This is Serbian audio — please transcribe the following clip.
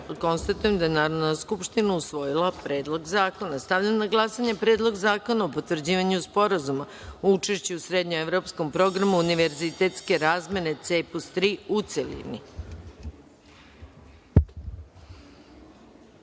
nema. Konstatujem da je Narodna skupština usvojila Predlog zakona. Stavljam na glasanje Predlog zakona o potvrđivanju Sporazuma o učešću u srednjeevropskom programu univerzitetske razmene „CEEPUS III“,